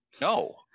no